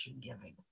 giving